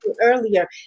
earlier